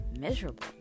miserable